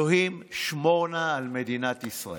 אלוהים, שמור נא על מדינת ישראל.